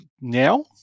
now